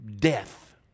death